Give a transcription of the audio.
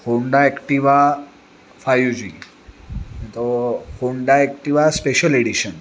Honda Activa five G तो Honda Activa special addition